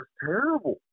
terrible